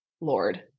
Lord